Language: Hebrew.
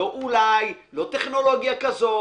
לא אולי, לא טכנולוגיה כזו